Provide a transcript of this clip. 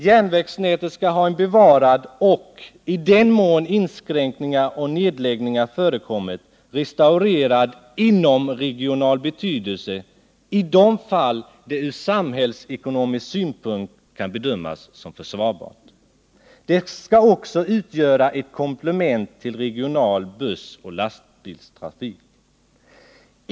Järnvägsnätet skall ha en bevarad och — i den mån inskränkningar och nedläggningar förekommit — restaurerad inomregional betydelse i de fall det ur samhällsekonomisk synpunkt kan bedömas som försvarbart. Det skall också utgöra ett komplement till regional bussoch lastbilstrafik.